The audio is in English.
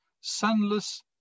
sunless